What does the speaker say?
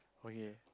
okay